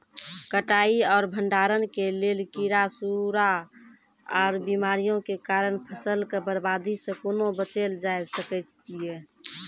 कटाई आर भंडारण के लेल कीड़ा, सूड़ा आर बीमारियों के कारण फसलक बर्बादी सॅ कूना बचेल जाय सकै ये?